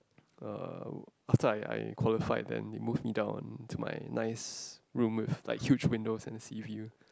uh after I I qualified then they move me down to my nice room with like huge windows and a sea view